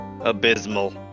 Abysmal